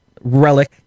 relic